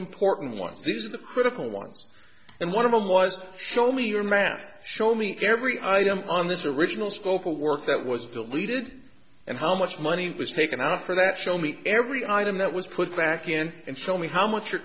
important ones these are the critical ones and one of them was show me your math show me every item on this original scope of work that was deleted and how much money was taken out from that show me every item that was put back in and show me how much you're